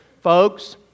folks